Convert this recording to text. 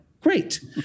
great